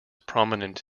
prominent